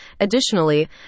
Additionally